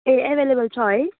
ए available छ है